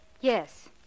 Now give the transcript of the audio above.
Yes